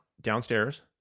Downstairs